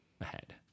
ahead